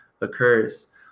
occurs